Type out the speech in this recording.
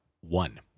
one